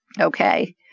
Okay